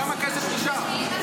כמה כסף נשאר?